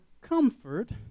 comfort